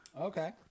Okay